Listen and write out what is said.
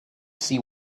see